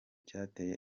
cyateye